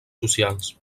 socials